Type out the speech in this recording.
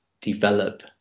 develop